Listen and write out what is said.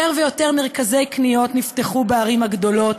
יותר ויותר מרכזי קניות נפתחו בערים הגדולות,